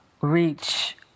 reach